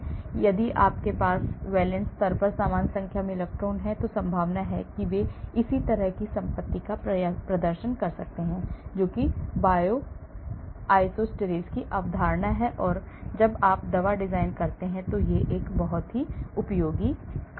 इसलिए यदि उनके पास वैलेन्स स्तर पर समान संख्या में इलेक्ट्रॉन हैं तो संभावना है कि वे इसी तरह की संपत्ति का प्रदर्शन कर सकते हैं जो कि Bioisosteres की अवधारणा है और जब आप दवा डिज़ाइन कर रहे हों तो यह बहुत उपयोगी है